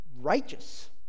righteous